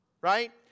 Right